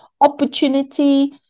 opportunity